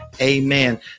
amen